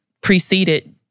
preceded